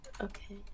Okay